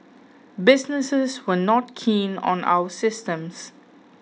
businesses were not keen on our systems